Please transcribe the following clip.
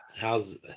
How's